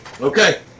Okay